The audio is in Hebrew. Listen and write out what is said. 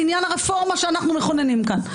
בעניין הרפורמה שאנחנו מכוננים כאן.